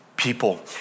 people